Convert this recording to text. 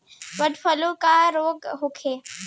Bird flu का रोग होखे?